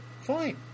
Fine